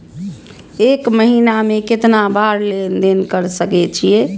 एक महीना में केतना बार लेन देन कर सके छी?